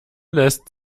lässt